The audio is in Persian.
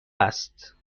است